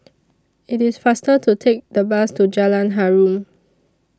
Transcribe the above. IT IS faster to Take The Bus to Jalan Harum